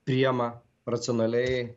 priima racionaliai